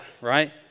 right